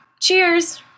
Cheers